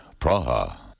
Praha